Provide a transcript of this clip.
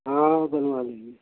हाँ बनवा लेंगे